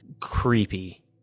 creepy